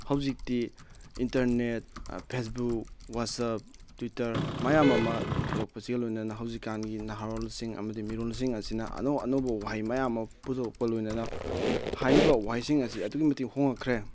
ꯍꯧꯖꯤꯛꯇꯤ internet Facebook WhatsApp Twitter ꯃꯌꯥꯝ ꯑꯃ ꯊꯣꯛꯂꯛꯄꯁꯤꯒ ꯂꯣꯏꯅꯅ ꯍꯧꯖꯤꯀꯀꯥꯟꯒꯤ ꯅꯍꯥꯔꯣꯜꯁꯤꯡ ꯑꯃꯗꯤ ꯃꯤꯔꯣꯜꯁꯤꯡ ꯑꯁꯤꯅ ꯑꯅꯧ ꯑꯅꯧꯕ ꯋꯥꯍꯩ ꯃꯌꯥꯝꯑꯃ ꯄꯨꯊꯣꯛꯄ ꯂꯣꯏꯅꯅ ꯍꯥꯏꯔꯤꯕ ꯋꯥꯍꯩꯁꯤꯡ ꯑꯁꯤ ꯑꯗꯨꯛꯀꯤ ꯃꯇꯤꯛ ꯍꯣꯛꯉꯛꯈ꯭ꯔꯦ